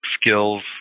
Skills